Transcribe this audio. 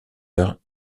heures